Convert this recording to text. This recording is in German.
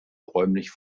räumlich